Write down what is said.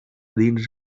dins